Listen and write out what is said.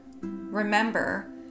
remember